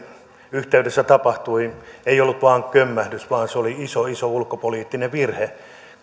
yhteydessä tapahtui ei ollut vain kömmähdys vaan se oli iso iso ulkopoliittinen virhe